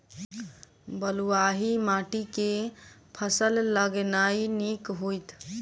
बलुआही माटि मे केँ फसल लगेनाइ नीक होइत?